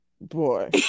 Boy